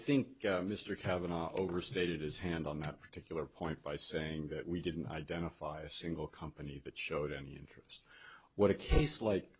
think mr cavanagh overstated his hand on that particular point by saying that we didn't identify a single company that showed any interest what a case like